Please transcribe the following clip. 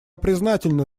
признательна